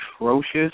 atrocious